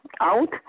out